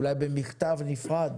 אולי במכתב נפרד